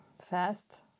fast